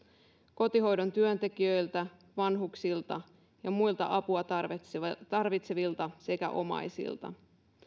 kotihoidon työntekijöiltä vanhuksilta ja muilta apua tarvitsevilta tarvitsevilta sekä omaisilta